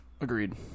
Agreed